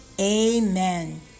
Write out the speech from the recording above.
Amen